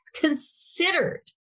considered